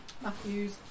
Matthews